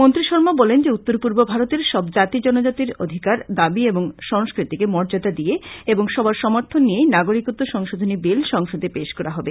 মন্ত্রী শর্মা বলেন উত্তর পূর্ব ভারতের সব জাতি জনজাতির অধিকার দাবী এবং সংস্কৃতিকে মর্য্যাদা দিয়ে এবং সবার সমর্থন নিয়েই নাগরিকত্ব সংশোধনী বিল সংসদে পেশ করা হবে